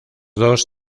dos